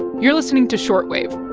you're listening to short wave.